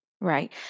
Right